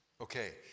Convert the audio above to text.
okay